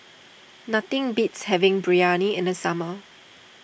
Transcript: nothing beats having Biryani in the summer